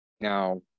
Now